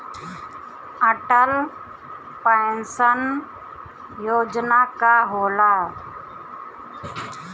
Atal pension योजना का होला?